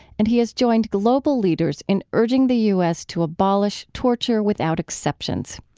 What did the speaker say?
and he has joined global leaders in urging the u s. to abolish torture without exceptions.